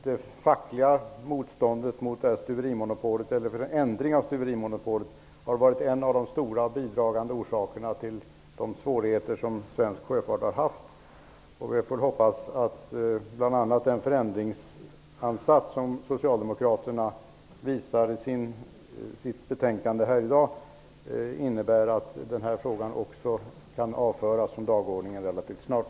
Det fackliga motståndet mot en ändring av stuverimonopolet har varit en av de stora bidragande orsakerna till de svårigheter som svensk sjöfart har haft, och vi får hoppas att bl.a. den förändringsansats som Socialdemokraterna visar i dag innebär att den här frågan också kan avföras från dagordningen relativt snart.